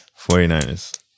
49ers